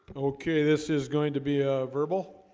okay, this is going to be a verbal.